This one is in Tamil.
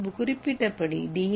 முன்பு குறிப்பிட்டபடி டி